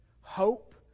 hope